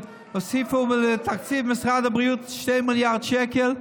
שהוסיפו לתקציב משרד הבריאות 2 מיליארד שקל,